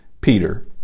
Peter